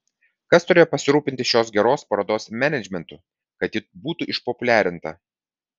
kas turėjo pasirūpinti šios geros parodos menedžmentu kad ji būtų išpopuliarinta